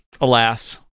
Alas